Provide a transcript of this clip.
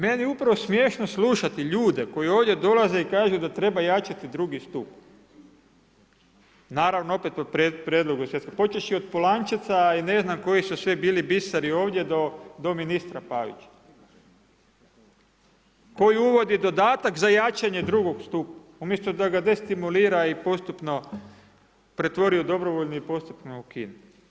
Meni je upravo smiješno slušati ljude koji ovdje dolaze i kažu da treba jačati drugi stup, naravno opet pod prijedlogom svjetske, počevši od Polančeca i ne znam koji su sve bili biseri ovdje do ministra Pavića koji uvodi dodatak za jačanje drugog stupa, umjesto da ga destimulira i postupno pretvori u dobrovoljni i postupno ukine.